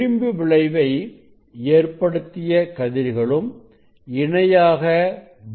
விழிப்பு விளைவை ஏற்படுத்திய கதிர்களும் இணையாக வருகின்றன